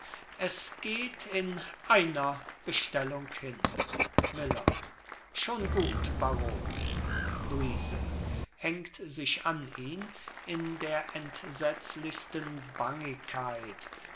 geschäfte es geht in einer bestellung hin miller schon gut baron luise hängt sich an ihn in der entsetzlichsten bangigkeit